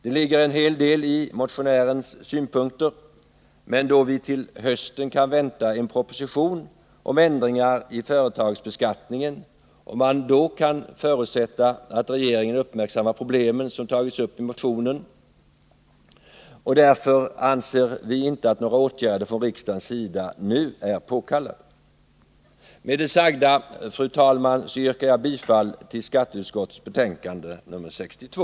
Det ligger en hel del i motionärens synpunkter, men då vi till hösten kan vänta en proposition om ändringar i företagsbeskattningen och man kan förutsätta att regeringen då uppmärksammar problemen som tagits upp i motionen, anser utskottet att några åtgärder från riksdagens sida nu inte är påkallade. Med det sagda, fru talman, yrkar jag bifall till skatteutskottets hemställan i dess betänkande nr 62.